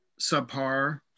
subpar